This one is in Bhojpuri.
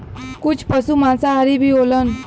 कुछ पसु मांसाहारी भी होलन